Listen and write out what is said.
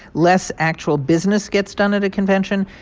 less actual business gets done at a convention.